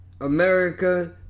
America